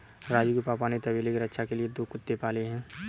राजू के पापा ने तबेले के रक्षा के लिए दो कुत्ते पाले हैं